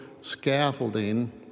scaffolding